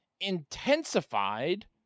intensified